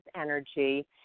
energy